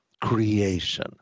creation